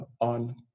on